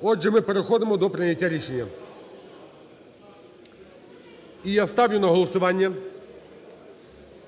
Отже, ми переходимо до прийняття рішення. І я ставлю на голосування